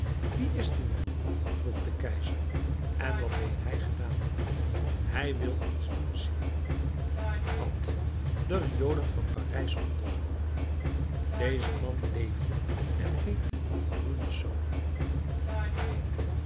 wie is die man vroeg de keizer en wat heeft hij gedaan hij wil iets doen sire wat de riolen van parijs onderzoeken deze man leefde en heette